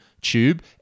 tube